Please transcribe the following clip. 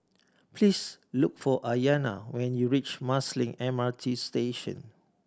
please look for Ayanna when you reach Marsiling M R T Station